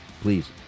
please